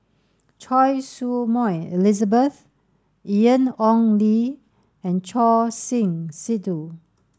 Choy Su Moi Elizabeth Ian Ong Li and Choor Singh Sidhu